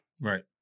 Right